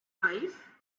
five